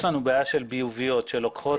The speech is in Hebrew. יש לנו בעיה של ביוביות שלוקחות,